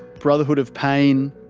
brotherhood of pain,